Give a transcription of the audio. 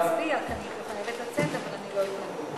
נצביע, כי אני חייבת לצאת, אבל אני לא אתנגד.